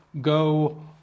go